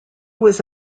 was